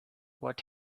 what